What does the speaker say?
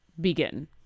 begin